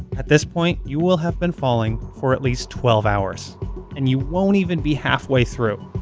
at this point, you will have been falling for at least twelve hours and you won't even be halfway through.